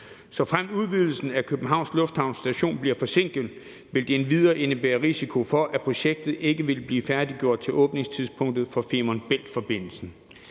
Såfremt udvidelsen af Københavns Lufthavn Station bliver forsinket, vil det endvidere indebære en risiko for, at projektet ikke vil blive færdiggjort til åbningstidspunktet for Femern Bælt-forbindelsen.